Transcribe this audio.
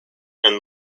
and